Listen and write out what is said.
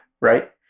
right